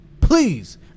please